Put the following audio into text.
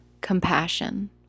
compassion